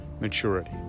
maturity